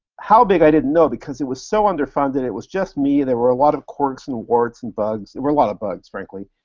how big, i didn't know, because it was so underfunded. it was just me. there were a lot of quirks and warts and bugs. there were a lot of bugs, frankly,